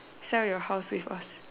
sell your house with us